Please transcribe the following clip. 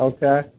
Okay